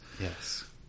Yes